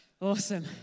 Awesome